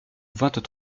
vingt